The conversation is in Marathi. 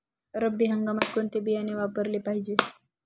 रब्बी हंगामात कोणते बियाणे वापरले पाहिजे?